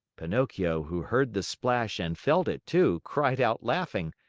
pinocchio who heard the splash and felt it, too, cried out, laughing,